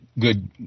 good